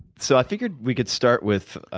so i figured we could start with